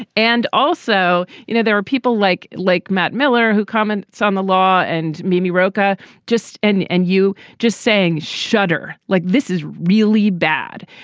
and also you know there are people like like matt miller who comments on the law and mimi rocha just and and you just saying shudder like this is really bad.